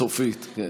סופית, כן.